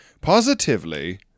positively